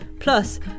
Plus